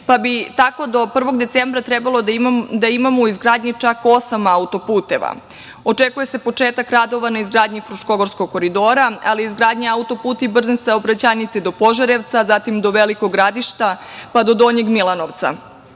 pa bi tako do 1. decembra trebalo da imamo u izgradnji čak osam auto-puteva. Očekuje se početak radova na izgradnji Fruškogorskog koridora, ali i izgradnja auto-puta i brze saobraćajnice do Požarevca, zatim do Velikog Gradišta, pa do Donjeg Milanovca. Trenutno